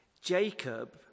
Jacob